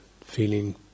feeling